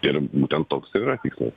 ir būtent toks ir yra tikslas